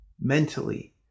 Mentally